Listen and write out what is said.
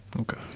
okay